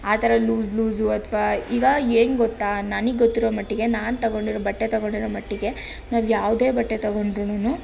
ಆ ಥರ loose loose ಅಥವಾ ಈಗ ಏನು ಗೊತ್ತಾ ನನಗೆ ಗೊತ್ತಿರೋ ಮಟ್ಟಿಗೆ ನಾನು ತೊಗೊಂಡಿರೋ ಬಟ್ಟೆ ತೊಗೊಂಡಿರೋ ಮಟ್ಟಿಗೆ ನಾವು ಯಾವುದೇ ಬಟ್ಟೆ ತೊಗೊಂಡ್ರುನುನು